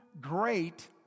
great